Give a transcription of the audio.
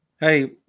Hey